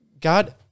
God